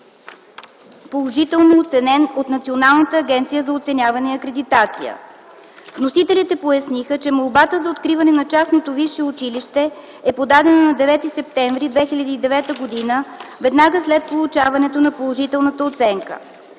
положително оценен от Националната агенция за оценяване и акредитация. Вносителите поясниха, че молбата за откриване на частното висше училище е подадена на 9 септември 2009 г. веднага след получаването на положителната оценка.